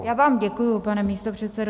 Já vám děkuji, pane místopředsedo.